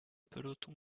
peloton